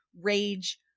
rage